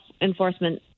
enforcement